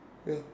ya